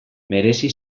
merezi